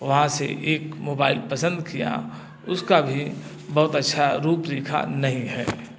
वहाँ से एक मोबाइल पसंद किया उसका भी बहुत अच्छी रूप रेखा नहीं है